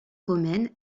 romaine